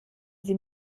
sie